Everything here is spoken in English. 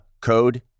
code